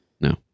No